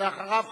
ולאחריו,